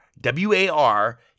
W-A-R